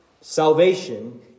salvation